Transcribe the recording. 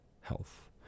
health